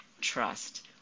trust